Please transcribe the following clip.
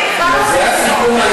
זה היה הסיכום,